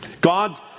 God